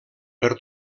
per